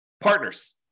Partners